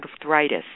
arthritis